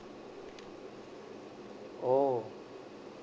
oh